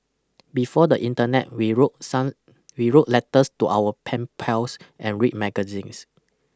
before the Internet we wrote we wrote letters to our pen pals and read magazines